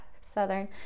Southern